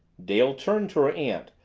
dale turned to her aunt,